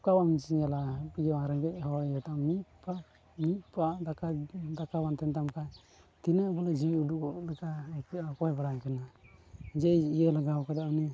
ᱚᱠᱟ ᱤᱭᱟᱹᱢ ᱪᱟᱞᱟᱜᱼᱟ ᱨᱮᱸᱜᱮᱡ ᱦᱚᱲ ᱤᱭᱟᱹᱛᱮ ᱢᱤᱫ ᱯᱟ ᱢᱤᱫ ᱯᱟᱜ ᱫᱟᱠᱟ ᱫᱟᱠᱟ ᱵᱟᱝ ᱛᱟᱦᱮᱸ ᱛᱟᱢ ᱠᱷᱟᱱ ᱛᱤᱱᱟᱹᱜ ᱵᱚᱞᱮ ᱡᱤᱣᱤ ᱩᱰᱩᱠᱚᱜ ᱞᱮᱠᱟ ᱟᱹᱭᱠᱟᱹᱜᱼᱟ ᱚᱠᱚᱭ ᱵᱟᱲᱟᱭ ᱠᱟᱱᱟ ᱡᱮ ᱤᱭᱟᱹ ᱞᱟᱜᱟᱣ ᱠᱟᱫᱟᱭ ᱩᱱᱤ